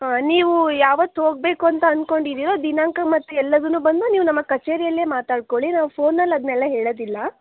ನೀವು ಯಾವತ್ತು ಹೋಗಬೇಕೂಂತ ಅನ್ಕೊಂಡಿದಿರೊ ದಿನಾಂಕ ಮತ್ತು ಎಲ್ಲದೂನು ಬಂದು ನೀವು ನಮ್ಮ ಕಛೇರಿಯಲ್ಲೇ ಮಾತಾಡಿಕೊಳ್ಳಿ ನಾವು ಫೋನಲ್ಲಿ ಅದನ್ನೆಲ್ಲ ಹೇಳೋದಿಲ್ಲ